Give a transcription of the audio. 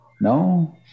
No